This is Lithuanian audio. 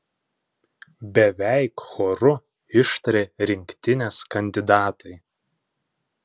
beveik choru ištarė rinktinės kandidatai